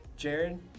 Jared